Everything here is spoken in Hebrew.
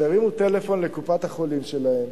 שירימו טלפון לקופת-החולים שלהם,